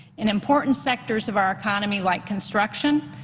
in important sectors of our economy like construction,